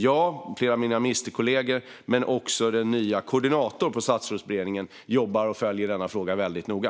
Jag, flera av mina ministerkollegor och den nya koordinatorn på Statsrådsberedningen följer upp och jobbar mycket noga med denna fråga.